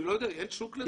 אני חושב שיש.